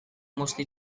moztu